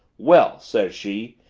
well! says she,